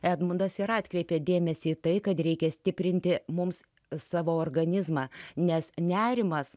edmundas ir atkreipė dėmesį į tai kad reikia stiprinti mums savo organizmą nes nerimas